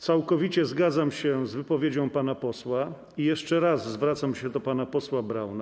Całkowicie zgadzam się z wypowiedzią pana posła i jeszcze raz zwracam się do pana posła Brauna.